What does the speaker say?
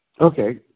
Okay